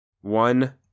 One